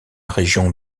région